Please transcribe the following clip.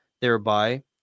thereby